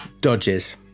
dodges